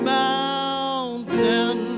mountain